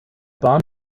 bahn